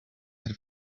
had